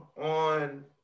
on